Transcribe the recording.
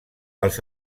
els